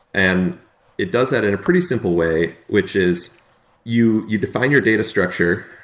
and it does that in a pretty simple way, which is you you define your data structure,